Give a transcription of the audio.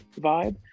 vibe